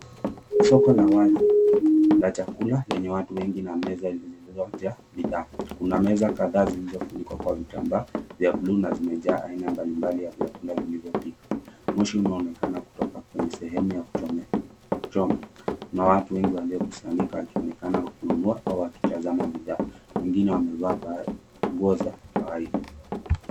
Soko la wazi la chakula lenye watu wengi na meza zilizojaa bidhaa. Kuna meza kadhaa zilizofunikwa kwa vitambaa vya buluu na zimejaa aina mbali mbali ya vyakula vilivyopikwa. Moshi unaonekana kutoka kwenye sehemu ya kuchoma na watu wengi waliokusanyika wakionekana wakinunua au wakitazama bidhaa, wengine wamevaa nguo za kawaida.